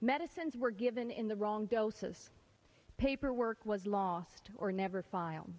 medicines were given in the wrong doses paperwork was lost or never file